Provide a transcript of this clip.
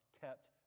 kept